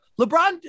LeBron